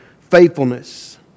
faithfulness